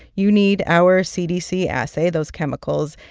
you need our cdc assay, those chemicals,